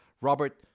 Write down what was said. Robert